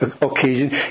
occasion